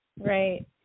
Right